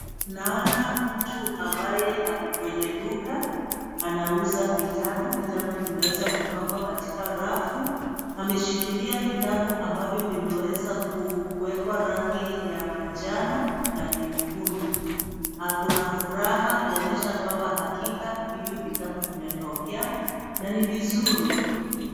Naona mtu ambaye ako kwenye duka, anauza vitabu, vitabu vimeweza kupangwa katika rafu. Ameshikilia vitabu ambavyo vimeweza kuwekwa rangi ya manjano, na nyekundu. Ako na furaha kuonyesha kwamba hakika hivyo vitabu vimetokea na ni vizuri.